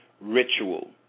ritual